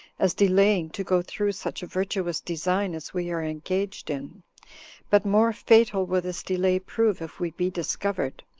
as delaying to go through such a virtuous design as we are engaged in but more fatal will this delay prove if we be discovered,